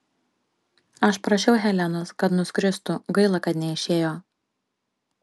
aš prašiau helenos kad nuskristų gaila kad neišėjo